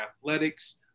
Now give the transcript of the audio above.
athletics